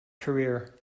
career